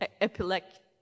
epileptic